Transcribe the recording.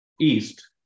east